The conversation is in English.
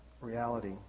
reality